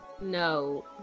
No